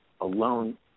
alone